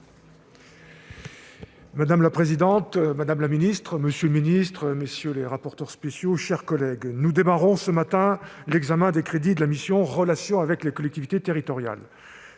Madame la présidente, madame la ministre, monsieur le secrétaire d'État, mes chers collègues, nous démarrons ce matin l'examen des crédits de la mission « Relations avec les collectivités territoriales »